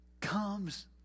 comes